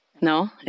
No